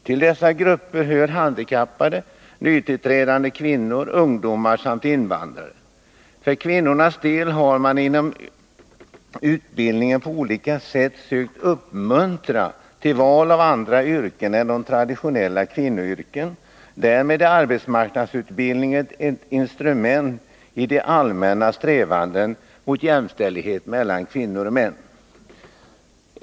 Till dessa grupper hör arbetshandikappade, nytillträdande kvinnor, ungdomar samt invandrare. Och för kvinnornas del har man inom utbildningen på olika sätt sökt uppmuntra till val av andra yrken än de traditionella kvinnoyrkena. Därmed är arbetsmarknadsutbildningen ett instrument i de allmänna strävandena mot jämställdhet mellan kvinnor och män.